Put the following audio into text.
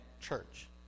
church